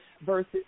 versus